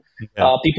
people